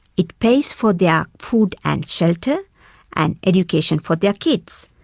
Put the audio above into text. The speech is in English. it pays for their food and shelter and education for their kids.